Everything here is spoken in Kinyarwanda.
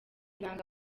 ibanga